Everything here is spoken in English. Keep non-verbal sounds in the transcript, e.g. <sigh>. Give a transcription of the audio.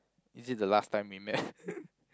is it the last time we met <laughs>